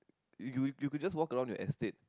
you you could just walk around your estate